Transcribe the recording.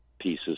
pieces